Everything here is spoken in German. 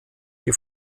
die